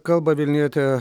kalba vilnietė